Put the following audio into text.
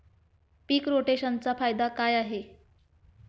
पीक रोटेशनचा फायदा काय आहे?